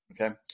Okay